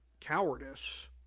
cowardice